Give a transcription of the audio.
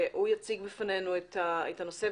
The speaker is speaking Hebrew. והוא יציג בפנינו את הנושא.